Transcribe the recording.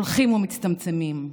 הולכים ומצטמצמים.